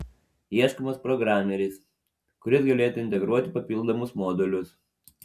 ieškomas programeris kuris galėtų integruoti papildomus modulius